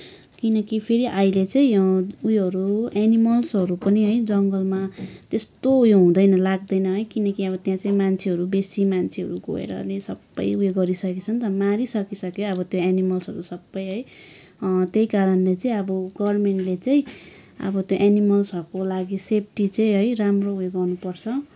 किनकि फेरि अहिले चाहिँ उयोहरू एनिमल्सहरू पनि है जङ्गलमा त्यस्तो उयो हुँदैन लाग्दैन है किनकि अब त्यहाँ चाहिँ मान्छेहरू बेसी मान्छेहरू गएर अनि सबै उयो गरिसकेका छन् नि त मारी सकिसक्यो अब त्यो एनिमल्सहरू सबै है त्यही कारणले चाहिँ अब गभर्मेन्टले चाहिँ अब त्यो एनिमल्सहरूको लागि सेफ्टी चाहिँ है राम्रो उयो गर्नु पर्छ